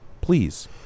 Please